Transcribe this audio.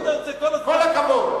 כל הכבוד.